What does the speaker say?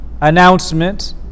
announcement